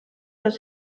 los